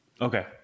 Okay